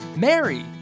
Mary